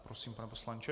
Prosím, pane poslanče.